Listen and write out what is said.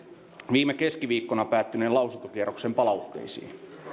viime keskiviikkona päättyneen lausuntokierroksen palautteisiin